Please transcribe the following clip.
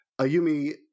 ayumi